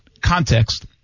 context